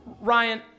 Ryan